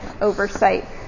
oversight